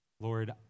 Lord